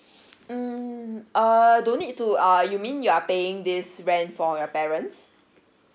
mm err don't need to uh you mean you are paying this rent for your parents